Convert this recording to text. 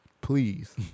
Please